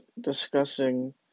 discussing